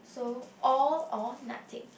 so all or nothing